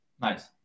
Nice